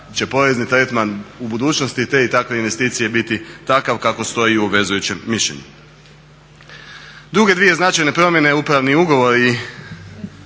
će porezni tretman u budućnosti te i takve investicije biti takav kako stoji u obvezujućem mišljenju. Druge dvije značajne promjene upravni ugovori,